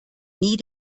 nie